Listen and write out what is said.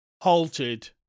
halted